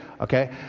Okay